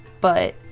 But-